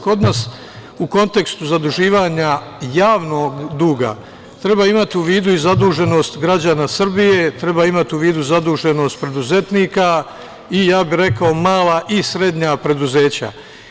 Kod nas u kontekstu zaduživanja javnog duga treba imati u vidu i zaduženost građana Srbije, treba imati u vidu i zaduženost preduzetnika i ja bi rekao mala i srednja preduzeća.